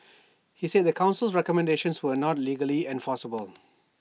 he said the Council's recommendations were not legally enforceable